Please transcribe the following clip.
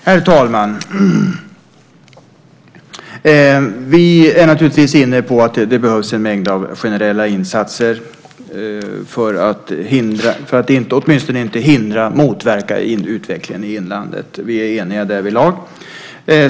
Herr talman! Vi är naturligtvis inne på att det behövs en mängd generella insatser för att åtminstone inte hindra eller motverka utvecklingen i inlandet. Vi är eniga därvidlag.